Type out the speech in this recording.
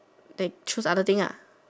they choose other thing ah